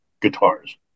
guitars